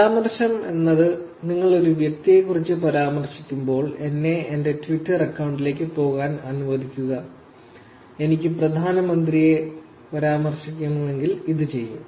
പരാമർശമെന്നത് നിങ്ങൾ ഒരു വ്യക്തിയെക്കുറിച്ച് പരാമർശിക്കുമ്പോൾ എന്നെ എന്റെ ട്വിറ്റർ അക്കൌണ്ടിലേക്ക് പോകാൻ അനുവദിക്കുക എനിക്ക് പ്രധാനമന്ത്രിയെ പരാമർശിക്കണമെങ്കിൽ ഇത് ചെയ്യണം